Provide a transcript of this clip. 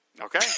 Okay